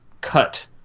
cut